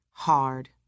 hard